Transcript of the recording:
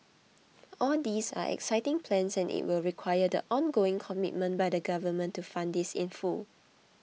all these are exciting plans and it will require the ongoing commitment by the Government to fund this in full